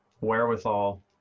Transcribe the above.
wherewithal